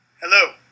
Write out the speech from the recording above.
Hello